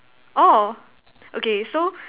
orh okay so